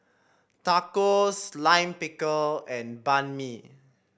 Tacos Lime Pickle and Banh Mi